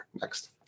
Next